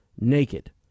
naked